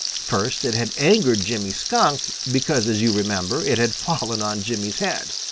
first it had angered jimmy skunk because as you remember, it had fallen on jimmy's head.